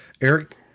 Eric